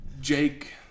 Jake